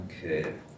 Okay